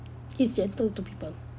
he's gentle to people